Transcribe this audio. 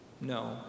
No